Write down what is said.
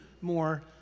more